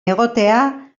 egotea